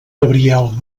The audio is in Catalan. gabriel